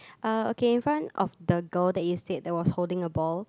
uh okay in front of the girl that you say that was holding a ball